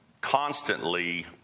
constantly